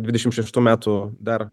dvidešim šeštų metų dar